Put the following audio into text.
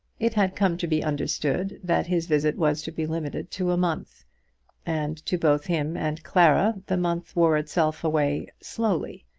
it had come to be understood that his visit was to be limited to a month and to both him and clara the month wore itself away slowly,